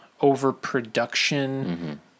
overproduction